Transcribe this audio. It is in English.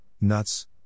nuts